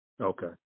Okay